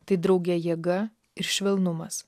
tai drauge jėga ir švelnumas